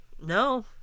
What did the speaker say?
no